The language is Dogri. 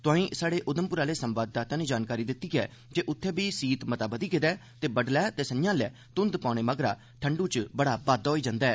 तोआंई स्हाड़े उघमपुर आले संवाददाता नै जानकारी दित्ती ऐ जे उत्थे बी सीत मता बघी गेदा ऐ ते बडलै ते शामी लै घुंध पौने कारण ठंडू च मता बाद्दा होई जन्दा ऐ